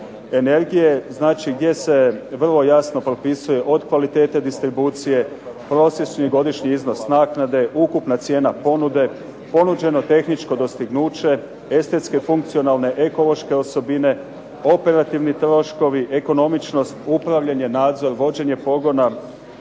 energije. Znači gdje se vrlo jasno propisuje od kvalitete distribucije, prosječni godišnji iznos naknade, ukupna cijena ponude, ponuđeno tehničko dostignuće, estetske funkcionalne ekološke osobine, operativni troškovi, ekonomičnost, upravljanje, nadzor, vođenje pogona